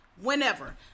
Whenever